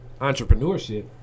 entrepreneurship